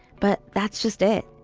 but that's just it.